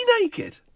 naked